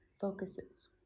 focuses